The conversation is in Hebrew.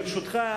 ברשותך,